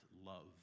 love